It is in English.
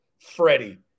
Freddie